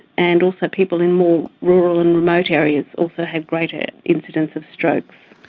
and also people in more rural and remote areas also have greater incidence of strokes.